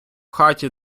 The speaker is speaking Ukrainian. хаті